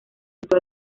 entró